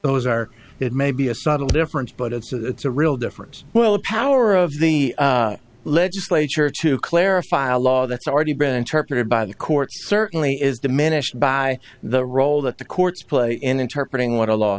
those are it may be a subtle difference but it's a real difference well the power of the legislature to clarify a law that's already been interpreted by the courts certainly is diminished by the role that the courts play in interpreting what a law